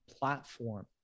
platform